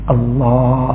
Allah